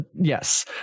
Yes